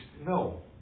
no